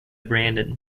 brandon